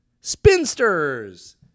spinsters